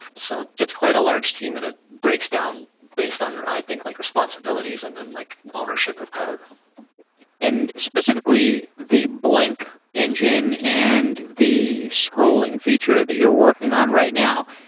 so it's quite a large team and it breaks down based on i think like responsibilities and then and like ownership of code and specifically, the blink engine and the scrolling feature that you're working on right now,